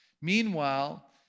Meanwhile